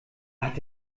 hat